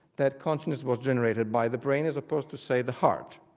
that consciousness was generated by the brain as opposed to, say, the heart.